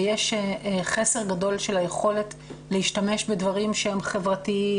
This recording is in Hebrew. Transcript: ויש חסר גדול של היכולת להשתמש בדברים שהם חברתיים,